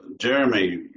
Jeremy